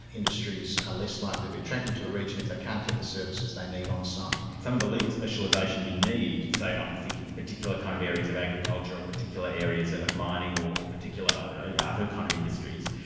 industries are less likely to be attracted to a region if they can't get the services they need on site. some of the legal specialisation you need, say i'm thinking particular kind of areas of agriculture, or particular areas ah of mining or particular and yeah other kind of industries,